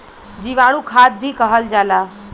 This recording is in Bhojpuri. जीवाणु खाद भी कहल जाला